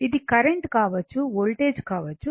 ఇది కరెంట్ కావచ్చు వోల్టేజ్ కావచ్చు